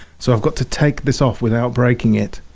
so i've got to take this off without breaking it.